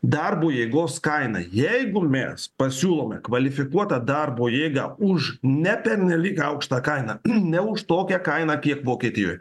darbo jėgos kaina jeigu mes pasiūlome kvalifikuotą darbo jėgą už ne pernelyg aukštą kainą ne už tokią kainą kiek vokietijoj